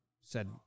Said-